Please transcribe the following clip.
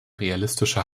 realistische